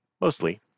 Mostly